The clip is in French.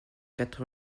quatre